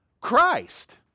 Christ